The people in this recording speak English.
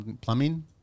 Plumbing